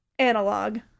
analog